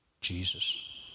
Jesus